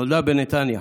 נולדה בנתניה